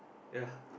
ya